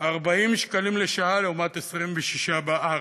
40 שקלים לשעה לעומת 26 בארץ.